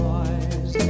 eyes